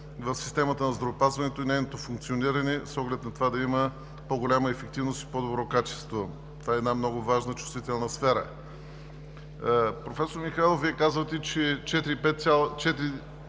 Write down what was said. в системата на здравеопазването и нейното функциониране, с оглед на това да има по-голяма ефективност и по добро качество. Това е една много важна, чувствителна сфера. Професор Михайлов, Вие казвате, че има